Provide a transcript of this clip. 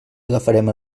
agafarem